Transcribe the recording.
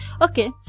okay